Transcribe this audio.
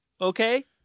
okay